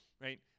right